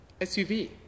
SUV